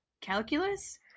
Calculus